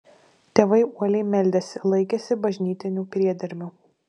tėvai uoliai meldėsi laikėsi bažnytinių priedermių